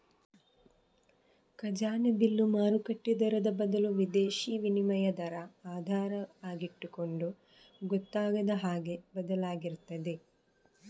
ಖಜಾನೆ ಬಿಲ್ಲು ಮಾರುಕಟ್ಟೆ ದರದ ಬದಲು ವಿದೇಶೀ ವಿನಿಮಯ ದರ ಆಧಾರ ಆಗಿಟ್ಟುಕೊಂಡು ಗೊತ್ತಾಗದ ಹಾಗೆ ಬದಲಾಗ್ತಿರ್ತದೆ